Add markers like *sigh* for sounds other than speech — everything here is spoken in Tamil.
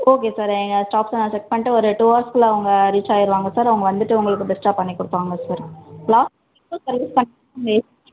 ஓகே சார் எங்கள் ஸ்டாஃப்ஸை நான் செக் பண்ணிவிட்டு ஒரு டூ ஹார்ஸ்க்குள்ளே அவங்க ரீச் ஆயிடுவாங்க சார் அவங்க வந்துவிட்டு உங்களுக்கு பெஸ்ட்டாக பண்ணி கொடுப்பாங்க சார் லாஸ்ட் எப்போ சர்வீஸ் *unintelligible* உங்கள் ஏசி